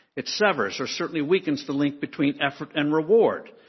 it severs, or certainly weakens, the link between effort and reward.